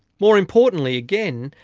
more importantly again,